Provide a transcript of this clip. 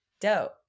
dope